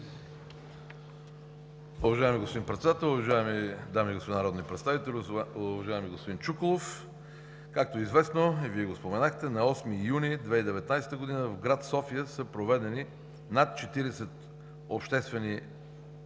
Уважаеми господин Председател, уважаеми дами и господа народни представители! Уважаеми господин Чуколов, както е известно – и Вие го споменахте, на 8 юни 2019 г. в град София са проведени над 40 обществени